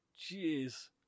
jeez